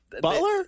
Butler